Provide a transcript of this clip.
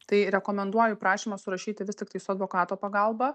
tai rekomenduoju prašymą surašyti vis tiktai su advokato pagalba